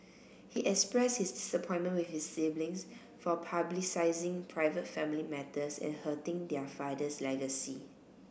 he expressed his disappointment with his siblings for publicising private family matters and hurting their father's legacy